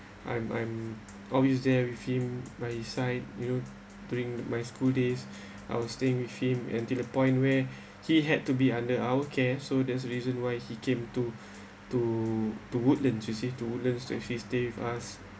I'm I'm always there with him by side you know during my school days I will stay with him until the point where he had to be under our care so that's the reason why he came to to to woodlands you see to woodlands to actually stay with us